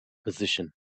position